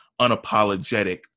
unapologetic